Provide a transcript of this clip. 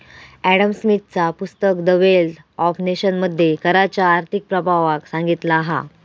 Adam स्मिथचा पुस्तक the wealth of nation मध्ये कराच्या आर्थिक प्रभावाक सांगितला हा